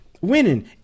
winning